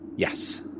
Yes